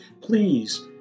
please